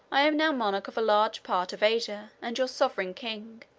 i am now monarch of a large part of asia, and your sovereign king.